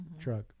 truck